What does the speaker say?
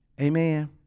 Amen